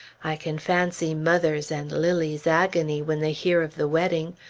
i can fancy mother's and lilly's agony, when they hear of the wedding.